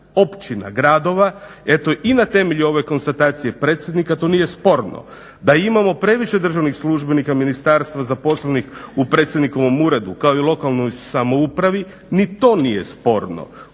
općina, gradova, eto i na temelju ove konotacije predsjednika to nije sporno, da imamo previše državnih službenika ministarstva zaposlenih u predsjednikovom uredu, kao i lokalnoj samoupravi ni to nije sporno.